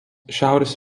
šiaurės